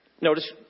Notice